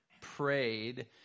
prayed